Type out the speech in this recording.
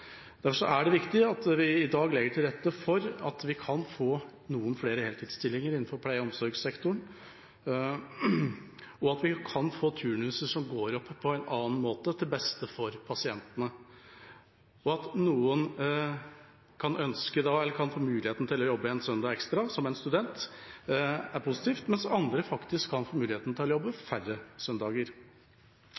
Derfor er det viktig at vi i dag legger til rette for at vi kan få noen flere heltidsstillinger innenfor pleie- og omsorgssektoren, og at vi kan få turnuser som går opp på en annen måte, til beste for pasientene. At noen da kan få muligheten til å jobbe en søndag ekstra, f.eks. en student, er positivt, mens andre kan faktisk få muligheten til å jobbe færre søndager.